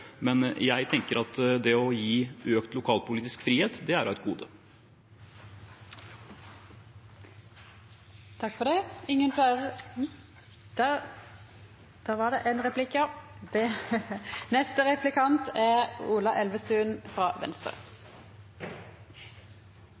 Men jeg tenker at det å gi økt lokalpolitisk frihet, er et gode. Det er egentlig til det siste svaret. Det